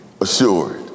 assured